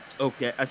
Okay